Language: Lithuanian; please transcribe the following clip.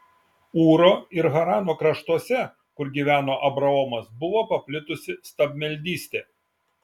ūro ir harano kraštuose kur gyveno abraomas buvo paplitusi stabmeldystė